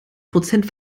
prozent